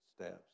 steps